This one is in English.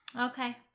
Okay